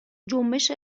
جنبش